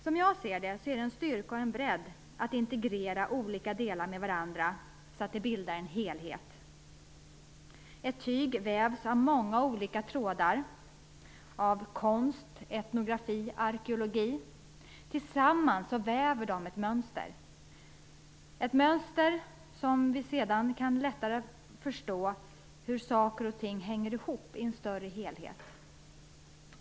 Som jag ser det är det en styrka och en bredd att integrera olika delar med varandra så att de bildar en helhet. Ett tyg vävs av många olika trådar. Konst, etnografi och arkeologi väver tillsammans ett mönster, ett mönster som gör det lättare för oss att förstå hur saker och ting hänger ihop i en större helhet.